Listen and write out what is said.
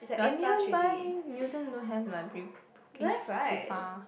you're nearby Newton don't have library Bugis too far